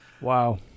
Wow